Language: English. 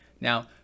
Now